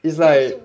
it's like